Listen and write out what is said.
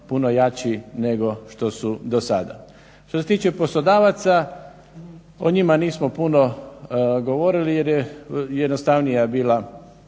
puno jači nego što su do sada. Što se tiče poslodavaca, o njima nismo puno govorili jer je bio jednostavniji